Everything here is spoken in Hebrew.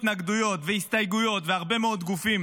התנגדויות והסתייגויות והרבה מאוד גופים